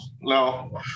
no